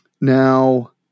Now